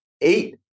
eight